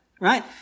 right